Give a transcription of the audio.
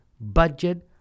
budget